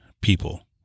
people